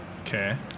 Okay